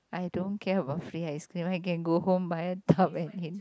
I don't care about free ice cream I can go home buy a tub and eat